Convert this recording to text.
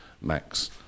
Max